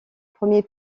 premier